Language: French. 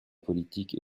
politique